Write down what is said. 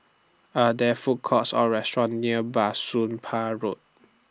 Are There Food Courts Or restaurants near Bah Soon Pah Road